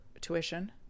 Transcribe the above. tuition